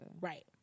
Right